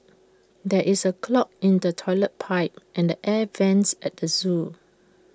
there is A clog in the Toilet Pipe and the air Vents at the Zoo